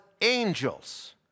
angels